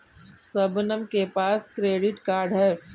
शबनम के पास credit card है